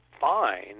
fine